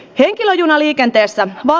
nokia liikenteestä maa